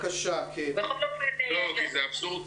בכל אופן --- לא, כי זה אבסורד.